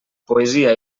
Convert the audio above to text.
poesia